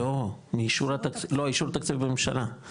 לא, מאישור התקציב, לא, אישור תקציב בממשלה.